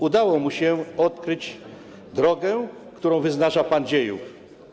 Udało mu się odkryć drogę, którą wyznacza Pan Dziejów.